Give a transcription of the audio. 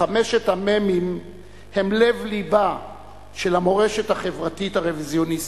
חמשת המ"מים הם לב-לבה של המורשת החברתית הרוויזיוניסטית.